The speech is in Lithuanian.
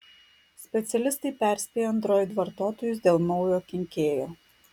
specialistai perspėja android vartotojus dėl naujo kenkėjo